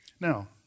Now